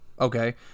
Okay